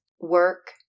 work